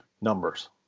numbers